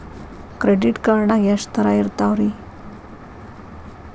Credit card ನಾಗ ಎಷ್ಟು ತರಹ ಇರ್ತಾವ್ರಿ?